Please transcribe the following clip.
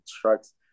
trucks